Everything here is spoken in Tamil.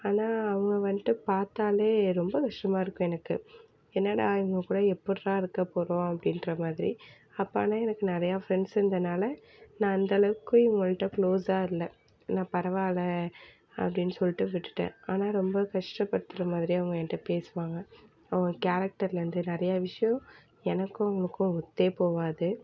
ஆனால் அவங்க வந்துட்டு பார்த்தாலே ரொம்ப கஷ்டமாக இருக்கும் எனக்கு என்னடா இவங்க கூட எப்புடிரா இருக்க போகிறோம் அப்படின்ற மாதிரி அப்போ ஆனால் எனக்கு நிறையா ஃப்ரெண்ட்ஸ் இருந்ததுனால நான் அந்தளவுக்கு இவங்கள்ட்ட க்ளோஸாக இல்லை நான் பரவாயில்லை அப்படின்னு சொல்லிட்டு விட்டுட்டேன் ஆனால் ரொம்ப கஷ்டப்படுத்துகிற மாதிரி அவங்க என்கிட்ட பேசுவாங்க அவங்க கேரக்டர்லேருந்து நிறையா விஷயம் எனக்கும் அவங்களுக்கும் ஒத்தே போகாது